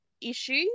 issue